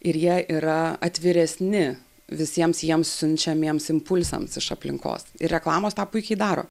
ir jie yra atviresni visiems jiems siunčiamiems impulsams iš aplinkos ir reklamos tą puikiai daro